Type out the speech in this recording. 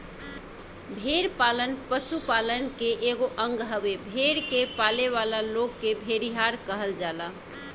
भेड़ पालन पशुपालन के एगो अंग हवे, भेड़ के पालेवाला लोग के भेड़िहार कहल जाला